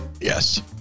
Yes